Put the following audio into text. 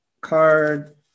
card